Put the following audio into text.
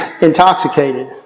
intoxicated